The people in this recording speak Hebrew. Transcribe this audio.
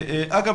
אגב,